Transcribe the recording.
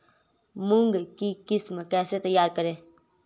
मूंग की किस्म कैसे तैयार करें?